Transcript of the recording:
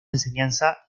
enseñanza